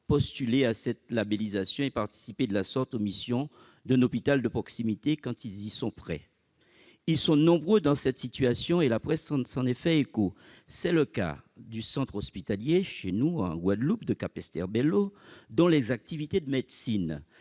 postuler à cette labellisation et participer de la sorte aux missions d'un hôpital de proximité, quand ils y sont prêts ? Ils sont nombreux dans cette situation, la presse s'en fait l'écho. C'est le cas en Guadeloupe du centre hospitalier de Capesterre-Belle-Eau, dont les activités de médecine-